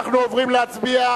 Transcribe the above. אנחנו עוברים להצבעה,